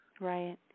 Right